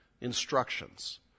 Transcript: Instructions